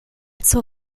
zur